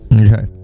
Okay